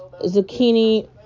zucchini